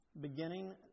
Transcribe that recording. Beginning